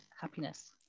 happiness